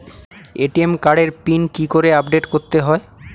ATM কার্ডের pin কি করে আপডেট করতে হয়?